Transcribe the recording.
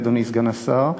אדוני סגן השר,